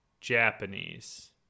Japanese